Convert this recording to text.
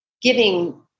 giving